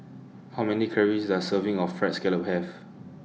How Many Calories Does A Serving of Fried Scallop Have